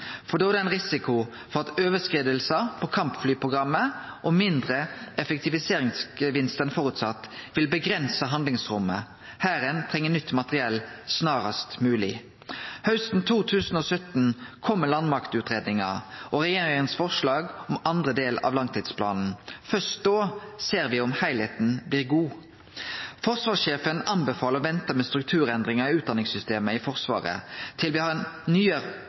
for da er det ein risiko for at overskridingar i kampflyprogrammet og mindre effektiviseringsgevinst enn føresett vil avgrense handlingsrommet. Hæren treng nytt materiell snarast mogleg. Hausten 2017 kjem landmaktutgreiinga og regjeringas forslag om den andre delen av langtidsplanen. Først da ser me om heilskapen blir god. Forsvarssjefen anbefaler å vente med strukturendringar i utdanningssystemet i Forsvaret til me har